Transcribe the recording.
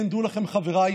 כן, דעו לכם, חבריי